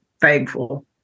thankful